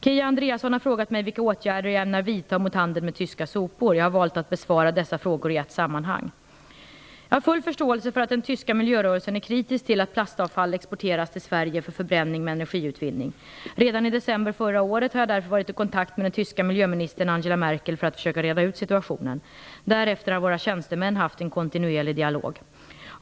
Kia Andreasson har frågat mig vilka åtgärder jag ämnar vidta mot handeln med tyska sopor. Jag har valt att bevara dessa frågor i ett sammanhang. Jag har full förståelse för att den tyska miljörörelsen är kritisk till att plastavfall exporteras till Sverige för förbränning med energiutvinning. Redan i december förra året var jag därför i kontakt med den tyska miljöministern Angela Merkel för att försöka reda ut situationen. Därefter har våra tjänstemän haft en kontinuerlig dialog.